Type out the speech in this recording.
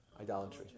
Idolatry